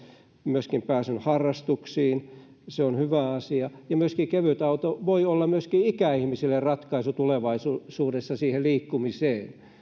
myöskin pääsyn harrastuksiin se on hyvä asia ja kevytauto voi olla myöskin ikäihmisille ratkaisu tulevaisuudessa liikkumiseen